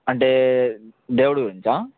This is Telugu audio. అంటే దేవుడి గురించా